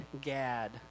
Gad